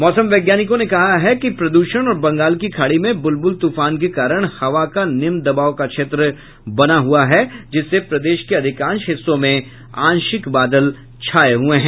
मौसम वैज्ञानिकों ने कहा है कि प्रदूषण और बंगाल की खाड़ी में बुलबुल तूफान के कारण हवा का निम्न दबाव का क्षेत्र बना है जिससे प्रदेश के अधिकांश हिस्सों में आंशिक बादल छाये हुये हैं